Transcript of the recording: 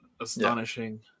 astonishing